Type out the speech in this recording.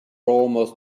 almost